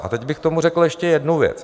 A teď bych k tomu řekl ještě jednu věc.